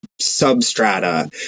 substrata